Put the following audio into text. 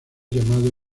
llamado